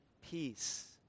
peace